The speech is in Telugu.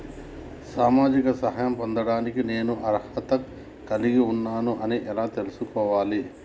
సామాజిక సహాయం పొందడానికి నేను అర్హత కలిగి ఉన్న అని ఎలా తెలుసుకోవాలి?